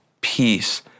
peace